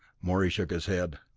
morey shook his head.